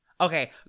Okay